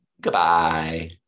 Goodbye